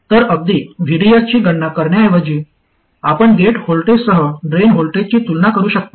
तर अगदी VDS ची गणना करण्याऐवजी आपण गेट व्होल्टेजसह ड्रेन व्होल्टेजची तुलना करू शकता